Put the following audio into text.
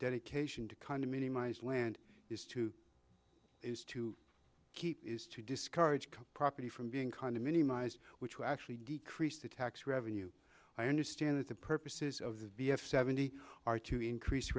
dedication to kind of minimize land is to is to keep is to discourage property from being condominium eyes which will actually decrease the tax revenue i understand that the purposes of the b f seventy are to increase